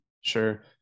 sure